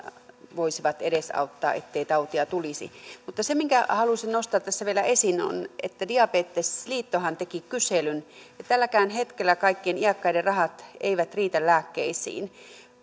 voisivat edesauttaa ettei tautia tulisi mutta se minkä halusin nostaa tässä vielä esiin on että diabetesliittohan teki kyselyn ja tälläkään hetkellä kaikkien iäkkäiden rahat eivät riitä lääkkeisiin